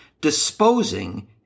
disposing